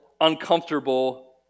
uncomfortable